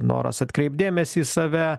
noras atkreipt dėmesį į save